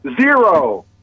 Zero